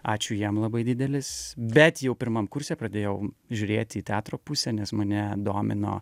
ačiū jam labai didelis bet jau pirmam kurse pradėjau žiūrėti į teatro pusę nes mane domino